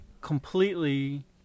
completely